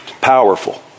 Powerful